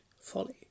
folly